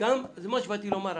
זה מה שבאתי לומר.